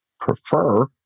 prefer